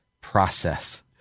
process